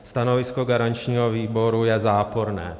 Stanovisko garančního výboru je záporné.